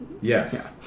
yes